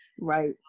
Right